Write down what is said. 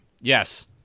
Yes